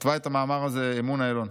כתבה את המאמר הזה אמונה אלון.